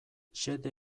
xede